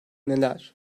neler